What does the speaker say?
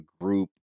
group